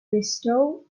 bristow